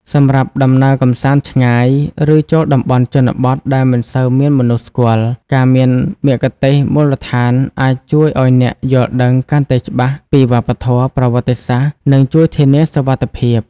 សម្រាប់ដំណើរកម្សាន្តឆ្ងាយ ឬចូលតំបន់ជនបទដែលមិនសូវមានមនុស្សស្គាល់ ការមានមគ្គុទ្ទេសក៍មូលដ្ឋានអាចជួយឲ្យអ្នកយល់ដឹងកាន់តែច្បាស់ពីវប្បធម៌ ប្រវត្តិសាស្ត្រ និងជួយធានាសុវត្ថិភាព។